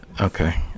Okay